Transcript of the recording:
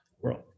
world